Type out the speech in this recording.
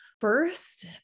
first